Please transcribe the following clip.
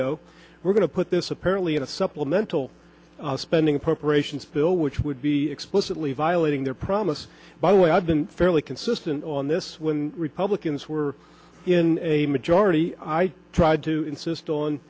paygo we're going to put this apparently in a supplemental spending perforations bill which would be explicitly violating their promise by the way i've been fairly consistent on this when republicans were in a majority i tried to insist on